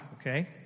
okay